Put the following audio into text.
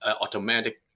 automatic